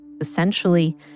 Essentially